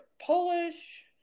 polish